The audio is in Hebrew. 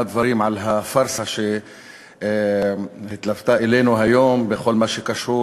דברים על הפארסה שהתלוותה אלינו היום בכל מה שקשור